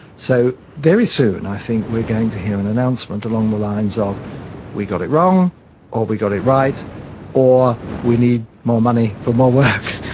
so very soon i think we are going to hear an announcement along the lines of we got it wrong or we got it right or we need more money for more work.